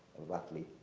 roughly